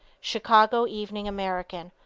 chicago evening american,